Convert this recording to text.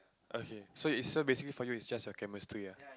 okay so is so basically for you is just your chemistry ah